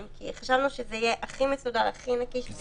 כי חשבנו שזה יהיה הכי מסודר והכי מקיף לקיים ביום חמישי.